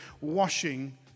washing